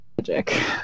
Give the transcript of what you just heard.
magic